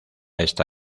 esta